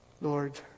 Lord